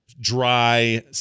dry